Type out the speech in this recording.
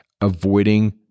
avoiding